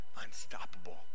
unstoppable